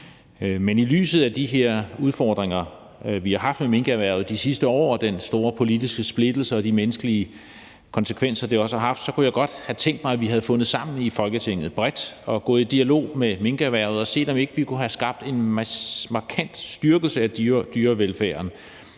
Men i lyset af de her udfordringer, vi har haft med minkerhvervet de sidste år, og den store politiske splittelse og de menneskelige konsekvenser, det også har haft, kunne jeg godt have tænkt mig, at vi havde fundet sammen bredt i Folketinget og var gået i dialog med minkerhvervet og havde set, om vi ikke kunne have skabt en markant styrkelse af dyrevelfærden